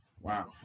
Wow